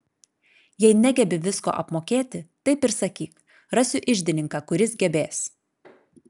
jei negebi visko apmokėti taip ir sakyk rasiu iždininką kuris gebės